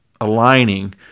aligning